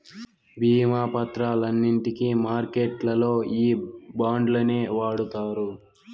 భీమా పత్రాలన్నింటికి మార్కెట్లల్లో ఈ బాండ్లనే వాడుతారు